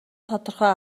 тодорхой